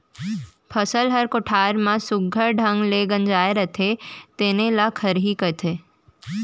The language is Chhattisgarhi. फसल ह कोठार म सुग्घर ढंग ले गंजाय रथे तेने ल खरही कथें